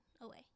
away